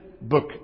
book